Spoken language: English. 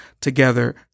together